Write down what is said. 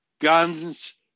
guns